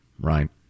Right